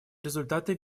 результаты